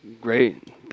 Great